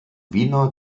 wiener